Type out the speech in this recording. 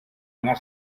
anar